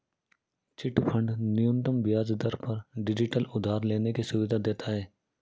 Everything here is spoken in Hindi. चिटफंड न्यूनतम ब्याज दर पर डिजिटल उधार लेने की सुविधा देता है